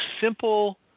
simple